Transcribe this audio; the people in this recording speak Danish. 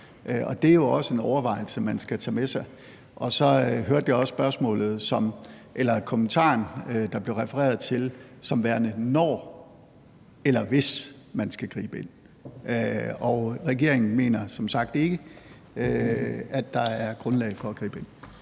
Det er jo også en overvejelse, man skal tage med sig. Og så hørte jeg også kommentaren, der blev refereret til, som værende, når eller hvis man skal gribe ind. Og regeringen mener som sagt ikke, at der er grundlag for at gribe ind.